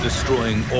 Destroying